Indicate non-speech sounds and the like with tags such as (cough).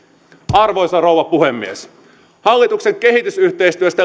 arvoisa rouva puhemies hallituksen kehitysyhteistyöstä (unintelligible)